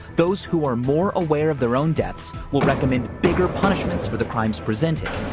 those who are more aware of their own deaths will recommend bigger punishments for the crimes presented.